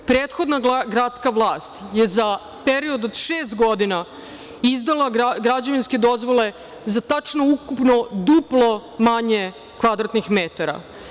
Prethodna gradska vlast je za period od šest godina izdala građevinske dozvole za tačno ukupno duplo manje kvadratnih metara.